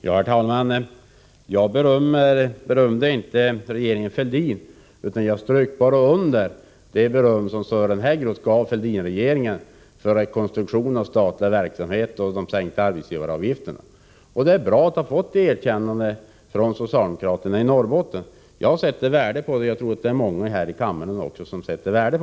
Herr talman! Jag berömde inte regeringen Fälldin, utan jag underströk bara det beröm som Sören Häggroth gav Fälldinregeringen för rekonstruktionen av statliga verksamheter och de sänkta arbetsgivaravgifterna. Det är bra att ha fått detta erkännande från socialdemokraterna i Norrbotten. Jag sätter värde på det, och jag tror att många andra här i kammaren också gör — Nr 55 det.